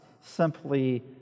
simply